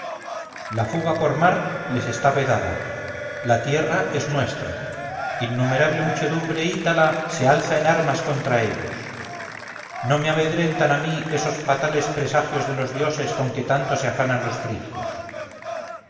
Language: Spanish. la fuga por mar les está vedada la tierra es nuestra innumerable muchedumbre ítala se alza en armas contra ellos no me amedrentan a mí esos fatales presagios de los dioses con que tanto se afanan los frigios